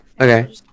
Okay